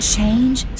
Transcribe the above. Change